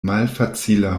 malfacila